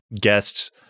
guests